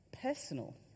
personal